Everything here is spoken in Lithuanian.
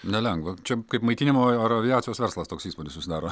nelengva čia kaip maitinimo ar aviacijos verslas toks įspūdis susidaro